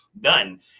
done